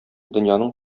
дөньяның